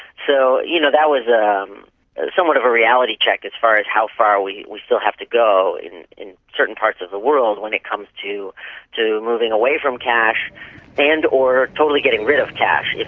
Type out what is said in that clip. so you know that was ah um somewhat of a reality check as far as how far we we still have to go in in certain parts of the world when it comes to to moving away from cash and or totally getting rid of cash,